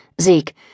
Zeke